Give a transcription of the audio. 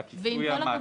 עם כל הכבוד,